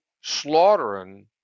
slaughtering